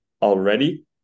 Already